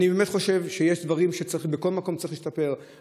אני באמת חושב שיש דברים שבכל מקום צריך להשתפר,